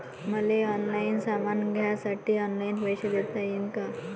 मले ऑनलाईन सामान घ्यासाठी ऑनलाईन पैसे देता येईन का?